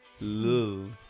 Love